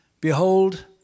behold